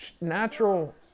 natural